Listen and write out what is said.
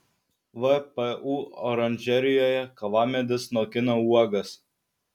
vpu oranžerijoje kavamedis nokina uogas